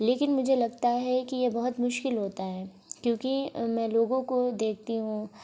لیکن مجھے لگتا ہے کہ یہ بہت مشکل ہوتا ہے کیونکہ میں لوگوں کو دیکھتی ہوں